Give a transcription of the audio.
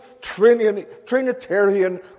Trinitarian